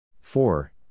four